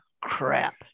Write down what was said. crap